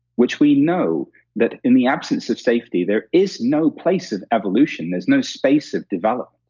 which we know that in the absence of safety, there is no place of evolution. there's no spaces developed.